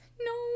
No